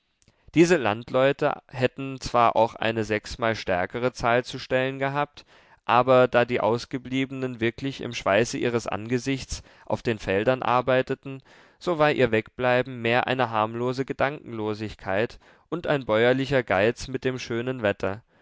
diese landleute hätten zwar auch eine sechsmal stärkere zahl zu stellen gehabt aber da die ausgebliebenen wirklich im schweiße ihres angesichts auf den feldern arbeiteten so war ihr wegbleiben mehr eine harmlose gedankenlosigkeit und ein bäuerlicher geiz mit dem schönen wetter